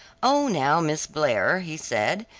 oh, now miss blair, he said,